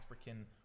African